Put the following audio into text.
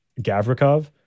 Gavrikov